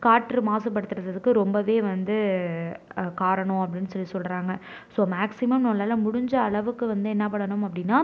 காற்று மாசுபடுத்துறதுக்கு ரொம்பவே வந்து காரணம் அப்படின்னு சொல்லி சொல்கிறாங்க ஸோ மேக்சிமம் நம்மளால் முடிஞ்ச அளவுக்கு வந்து என்ன பண்ணணும் அப்படின்னா